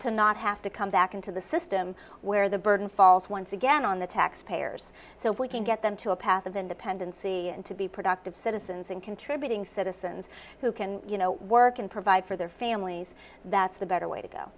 to not have to come back into the system where the burden falls once again on the taxpayers so if we can get them to a path of independency and to be productive citizens and contributing citizens who can you know work and provide for their families that's the better way to go